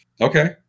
Okay